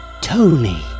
Tony